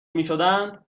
میشدند